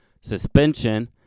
suspension